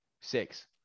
six